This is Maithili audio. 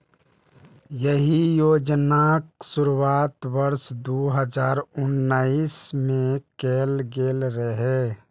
एहि योजनाक शुरुआत वर्ष दू हजार उन्नैस मे कैल गेल रहै